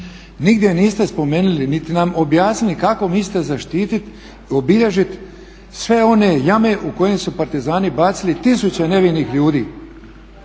Nigdje niste spomenuli niti nam objasnili kako mislite zaštiti, obilježit sve one jame u kojima su partizani bacili tisuće nevinih ljudi.